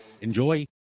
Enjoy